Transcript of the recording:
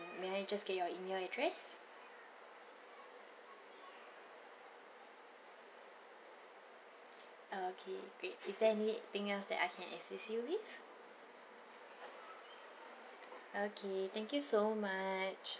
may I just get your email address okay great is there anything else that I can assist you with okay thank you so much